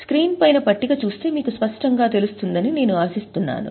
screen పైన పట్టిక చూస్తే మీకు స్పష్టంగా తెలుస్తుందని నేను ఆశిస్తున్నాను